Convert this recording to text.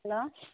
hello